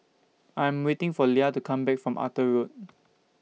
I'm waiting For Lia to Come Back from Arthur Road